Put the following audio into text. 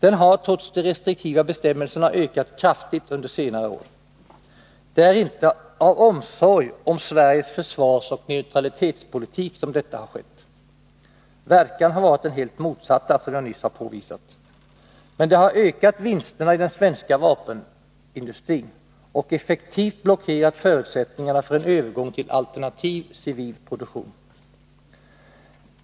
Den har trots de restriktiva bestämmelserna ökat kraftigt under senare år. Det är inte av omsorg om Sveriges försvarsoch neutralitetspolitik som detta har skett. Verkan har varit den helt motsatta, som jag nyss har påvisat. Men det har ökat vinsterna i den svenska vapenindustrin och effektivt blockerat förutsättningarna för en övergång till alternativ, civil produktion.